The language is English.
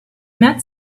met